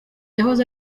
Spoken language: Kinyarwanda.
yahoze